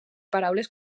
paraules